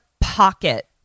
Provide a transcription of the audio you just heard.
pocket